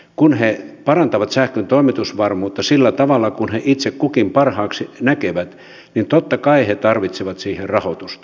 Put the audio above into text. kun he parantavat sähkön toimitusvarmuutta sillä tavalla kuin he itse kukin parhaaksi näkevät niin totta kai he tarvitsevat siihen rahoitusta